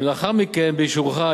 ולאחר מכן באישורך,